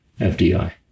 FDI